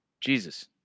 Jesus